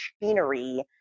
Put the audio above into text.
machinery